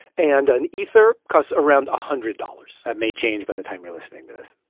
and an ether costs around a hundred dollars that may change by the time you're listening to this.